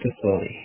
facility